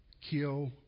kill